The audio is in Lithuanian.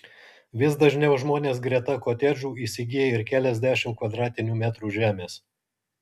vis dažniau žmonės greta kotedžų įsigyja ir keliasdešimt kvadratinių metrų žemės